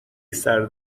سرد